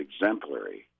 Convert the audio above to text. exemplary